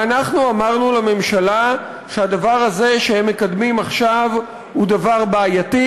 ואנחנו אמרנו לממשלה שהדבר הזה שהם מקדמים עכשיו הוא דבר בעייתי,